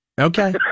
Okay